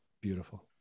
beautiful